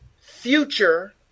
future